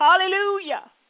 Hallelujah